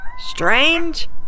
Strange